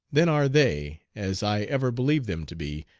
then are they, as i ever believed them to be,